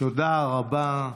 תודה רבה.